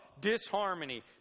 Disharmony